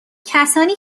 کسانی